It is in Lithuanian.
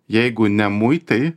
jeigu ne muitai